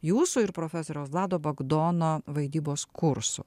jūsų ir profesoriaus vlado bagdono vaidybos kursų